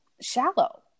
shallow